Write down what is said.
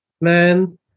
man